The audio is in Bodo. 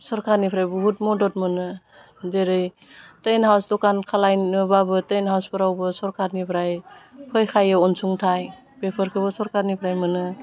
सरकारनिफ्राय बुहुत मदद मोनो जेरै टेन्ड हाउस दखान खालायनोबाबो टेन्ड हाउसफोरावबो सरकारनिफ्राय फैखायो अनसुंथाइ बेफोरखौबो सरकारनिफ्राय मोनो